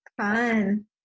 Fun